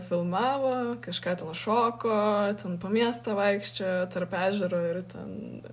filmavo kažką ten šoko ten po miestą vaikščiojo tarp ežero ir ten